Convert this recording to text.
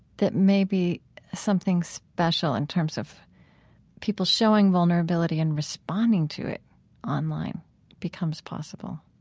that maybe something special in terms of people showing vulnerability and responding to it online becomes possible?